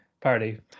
party